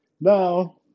Now